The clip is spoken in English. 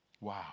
Wow